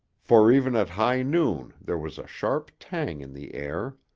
for even at high noon there was a sharp tang in the air.